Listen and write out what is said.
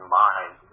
mind